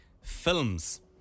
films